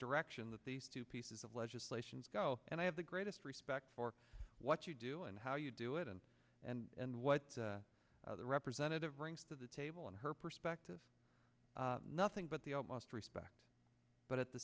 direction that these two pieces of legislation go and i have the greatest respect for what you do and how you do it and and and what the representative brings to the table and her perspective nothing but the almost respect but at the